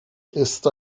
ist